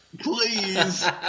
Please